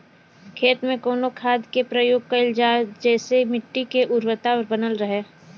खेत में कवने खाद्य के प्रयोग कइल जाव जेसे मिट्टी के उर्वरता बनल रहे?